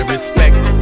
respect